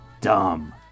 dumb